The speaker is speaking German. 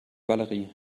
valerie